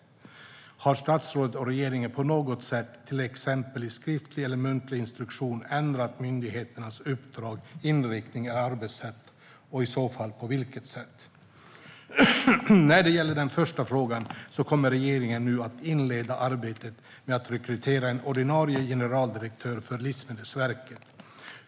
Har statsrådet och regeringen på något sätt - till exempel i skriftlig eller muntlig instruktion - ändrat myndighetens uppdrag, inriktning eller arbetssätt och i så fall på vilket sätt? När det gäller den första frågan kommer regeringen nu att inleda arbetet med att rekrytera en ordinarie generaldirektör för Livsmedelsverket.